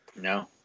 no